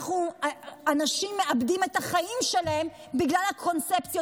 אנשים מאבדים את החיים שלהם בגלל הקונספציות